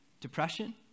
depression